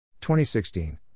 2016